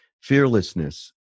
fearlessness